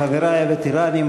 חברי הווטרנים,